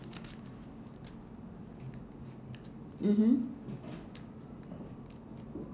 mmhmm